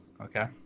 Okay